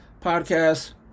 podcast